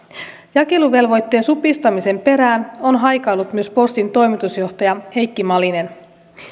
jakeluvelvoitteen supistamisen perään on haikaillut myös postin toimitusjohtaja heikki malinen